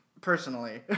Personally